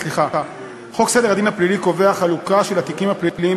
סדר הדין הפלילי קובע חלוקה של התיקים הפליליים